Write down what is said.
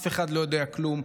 אף אחד לא יודע כלום,